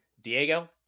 diego